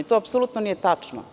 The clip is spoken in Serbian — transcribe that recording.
To apsolutno nije tačno.